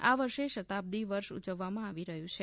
આ વર્ષે શતાબ્દી વર્ષ ઉજવવામાં આવી રહ્યું છે